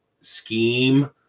scheme